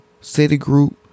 Citigroup